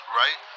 right